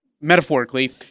metaphorically